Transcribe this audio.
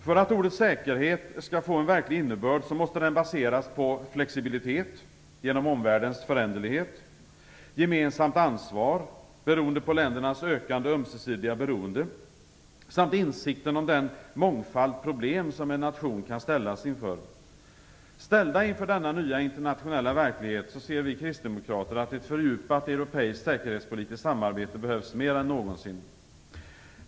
För att ordet säkerhet skall få en verklig innebörd måste det baseras på flexibilitet genom omvärldens föränderlighet, gemensamt ansvar beroende på ländernas ökande ömsesidiga beroende samt insikten om den mångfald problem som en nation kan ställas inför. Ställda inför denna nya internationella verklighet ser vi kristdemokrater att ett fördjupat europeiskt säkerhetspolitiskt samarbete behövs mer än någonsin.